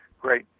Great